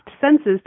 senses